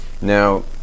Now